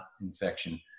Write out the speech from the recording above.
infection